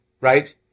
right